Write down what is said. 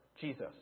Jesus